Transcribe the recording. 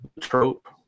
trope